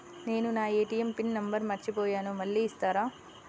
నేను నా ATM pin number మర్చిపోయాను మళ్ళీ ఇస్తారా?